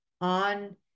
on